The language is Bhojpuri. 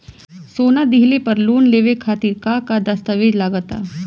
सोना दिहले पर लोन लेवे खातिर का का दस्तावेज लागा ता?